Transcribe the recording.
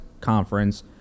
conference